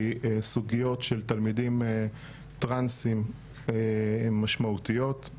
כי סוגיות של תלמידים שהם טרנסים הן מאוד משמעותיות,